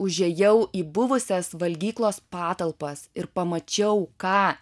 užėjau į buvusias valgyklos patalpas ir pamačiau ką